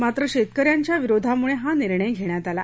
मात्र शेतकऱ्यांच्या विरोधामुळे हा निर्णय घेण्यात आला